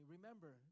Remember